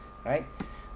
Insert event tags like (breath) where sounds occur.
right (breath)